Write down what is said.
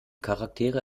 charaktere